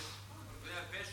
מה שהסברת כאן, הסברת יפה,